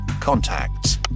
contacts